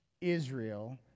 Israel